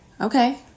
okay